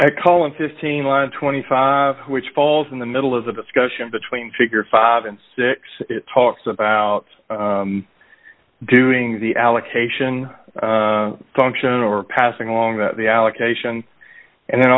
s calling fifteen line twenty five which falls in the middle of the discussion between figure five and six it talks about doing the allocation function or passing along that the allocation and then